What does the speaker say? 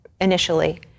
initially